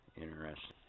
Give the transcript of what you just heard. Interesting